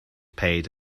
paid